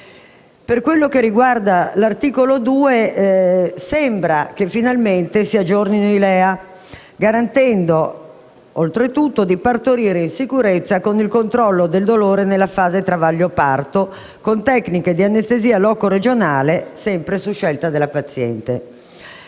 Per quello che riguarda l'articolo 2, sembra che finalmente si aggiornino i LEA, garantendo, oltretutto, di partorire in sicurezza con il controllo del dolore nella fase travaglio-parto con tecniche di anestesia loco-regionale, sempre su scelta della paziente.